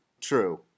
True